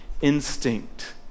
instinct